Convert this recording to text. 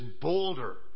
boulder